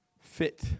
fit